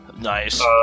Nice